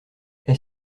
est